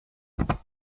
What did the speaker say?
rentes